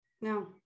No